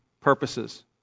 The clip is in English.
purposes